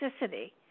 toxicity